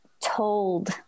told